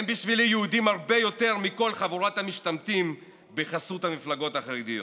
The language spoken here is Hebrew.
הם בשבילי יהודים הרבה יותר מכל חברת המשתמטים בחסות המפלגות החרדיות.